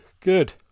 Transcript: good